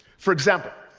for example,